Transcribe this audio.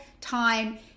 time